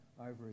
over